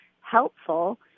helpful